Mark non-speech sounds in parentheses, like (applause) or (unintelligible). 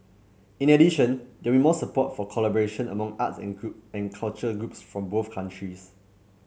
in addition there will more support for collaboration among arts and (unintelligible) and culture groups from both countries